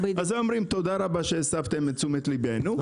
הם היו אומרים: תודה רבה שהסבתם את תשומת ליבנו,